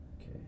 Okay